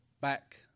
back